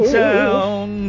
town